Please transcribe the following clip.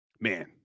Man